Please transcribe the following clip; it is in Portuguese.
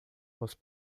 posso